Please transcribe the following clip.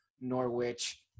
Norwich